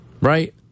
right